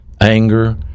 anger